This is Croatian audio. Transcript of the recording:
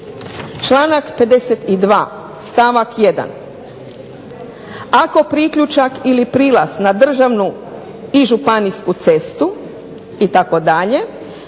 Članak 52. stavak 1. ako priključak ili prilaz na državnu i županijsku cestu itd.,